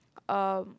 um